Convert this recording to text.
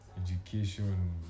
education